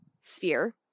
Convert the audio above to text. sphere